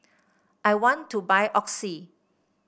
I want to buy Oxy